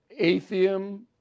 Atheism